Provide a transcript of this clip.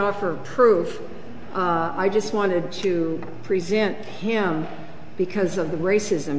offer proof i just wanted to present him because of the racism